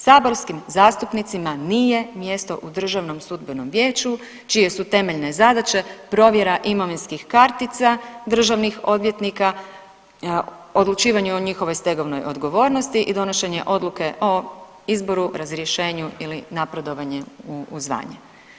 Saborskim zastupnicima nije mjesto u Državnom sudbenom vijeću čije su temeljne zadaće provjera imovinskih kartica državnih odvjetnika, odlučivanje o njihovoj stegovnoj odgovornosti i donošenje odluke o izboru, razrješenju ili napredovanje u zvanje.